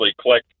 click